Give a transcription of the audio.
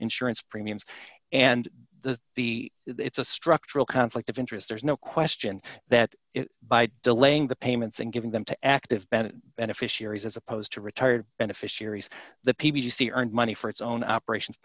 insurance premiums and the the it's a structural conflict of interest there's no question that by delaying the payments and giving them to active benot beneficiaries as opposed to retired beneficiaries the p b c earned money for its own operations